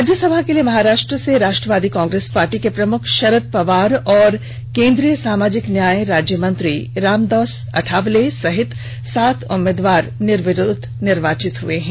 राज्यसभा के लिए महाराष्ट्र से राष्ट्रवादी कांग्रेस पार्टी के प्रमुख शरद पवार और केन्द्रीय सामाजिक न्याय राज्यमंत्री रामदास आठवले सहित सात उम्मीदवार निर्विरोध निर्वाचित हुए हैं